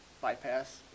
bypass